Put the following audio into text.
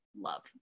love